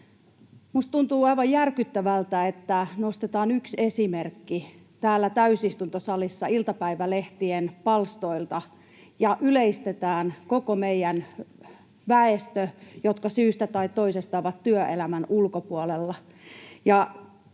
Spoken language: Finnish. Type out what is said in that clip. Minusta tuntuu aivan järkyttävältä, että nostetaan yksi esimerkki täällä täysistuntosalissa iltapäivälehtien palstoilta ja yleistetään se koko meidän siihen väestöön, joka syystä tai toisesta on työelämän ulkopuolella.